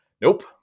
Nope